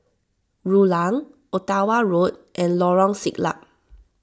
Rulang Ottawa Road and Lorong Siglap